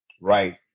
right